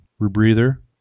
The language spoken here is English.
rebreather